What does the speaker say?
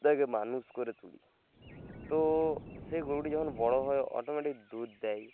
দকে মানুষ করে তুলি তো সেই গরুটি যখন বড়ো হয় অটোমেটিক দুধ দেয়